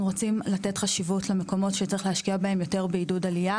רוצים לתת חשיבות למקומות שצריך להשקיע בהם יותר בעידוד עלייה